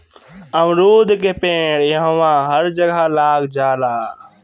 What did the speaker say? अमरूद के पेड़ इहवां हर जगह लाग जाला